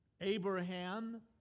Abraham